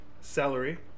Celery